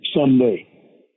someday